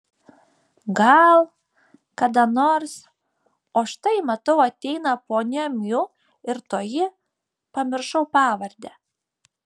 gal kada nors o štai matau ateina ponia miu ir toji pamiršau pavardę